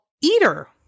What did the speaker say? eater